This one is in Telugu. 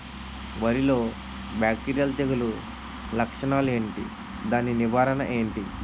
వరి లో బ్యాక్టీరియల్ తెగులు లక్షణాలు ఏంటి? దాని నివారణ ఏంటి?